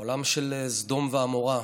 עולם של סדום ועמורה,